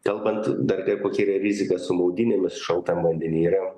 kalbant dar kaip kokia yra rizika su maudynėmis šaltam vandeny yra